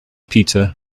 pizza